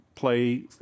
play